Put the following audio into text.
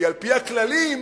כי על-פי הכללים,